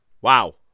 wow